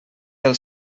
del